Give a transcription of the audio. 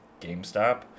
GameStop